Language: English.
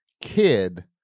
kid